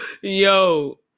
Yo